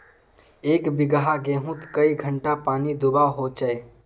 एक बिगहा गेँहूत कई घंटा पानी दुबा होचए?